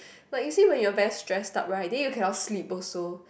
but you see when your very stress out right then you cannot sleep also